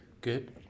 Good